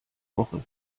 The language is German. woche